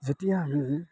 যেতিয়া আমি